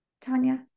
Tanya